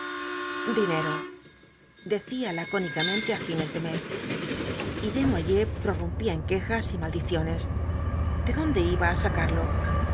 dinero decía lacónicamente á fines de mes y desnoyers prorrumpía en quejas y maldiciones de dónde iba á sacarlo